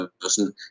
person